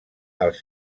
els